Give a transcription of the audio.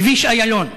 כביש איילון.